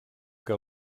que